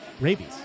rabies